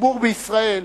בציבור בישראל,